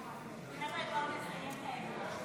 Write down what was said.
אושרה בקריאה ראשונה,